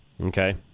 Okay